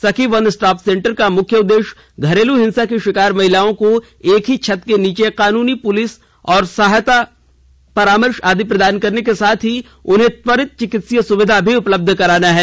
सखी one stop centre का मुख्य उद्देश्य घरेलू हिंसा की षिकार महिलाओं को एक ही छत के नीचे कानूनी पुलिस सहायता और परामर्श प्रदान करने के साथ ही उन्हें त्वरित चिकित्सीय सुविधा भी उपलब्ध कराना है